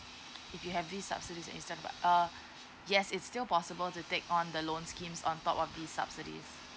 if you have these subsidies and stuff right err yes it's still possible to take on the loan schemes on top of these subsidies